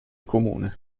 comune